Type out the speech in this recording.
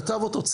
מי כתב אותו,